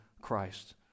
Christ